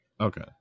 Okay